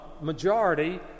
majority